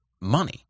money